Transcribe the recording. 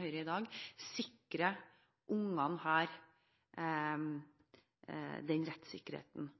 Høyre i dag sikrer disse barna den rettssikkerheten de har krav på. Jeg vil være tydelig på at Høyre